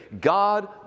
God